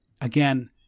again